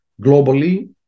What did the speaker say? globally